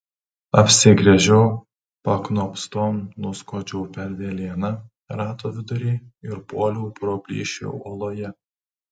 apsigręžiau paknopstom nuskuodžiau per velėną rato vidury ir puoliau pro plyšį uoloje